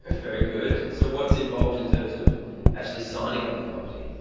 very good. so what's involved, in terms of actually signing up the company?